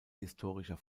historischer